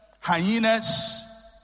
hyenas